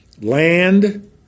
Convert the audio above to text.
Land